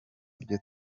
byo